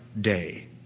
day